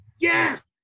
yes